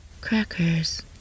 Crackers